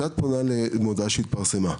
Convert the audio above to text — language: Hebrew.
מי שפונה זה המשכיר.